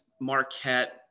Marquette